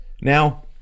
Now